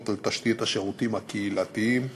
על תשתיות השירותים הקהילתיים שפותחו,